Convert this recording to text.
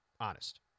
honest